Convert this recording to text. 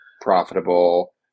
Profitable